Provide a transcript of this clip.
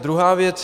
Druhá věc.